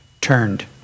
turned